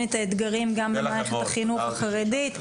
גם את האתגרים של מערכת החינוך החרדית,